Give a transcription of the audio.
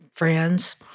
friends